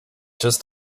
just